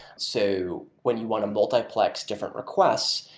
so when you want to multiplex different requests,